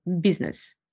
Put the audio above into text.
business